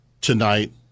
tonight